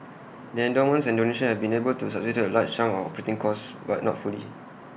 the endowments and donations have been able to subsidise A large chunk of operating costs but not fully